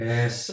Yes